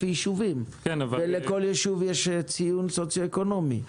לכל יישוב יש ציון סוציו-אקונומי.